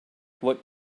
what